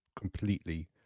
completely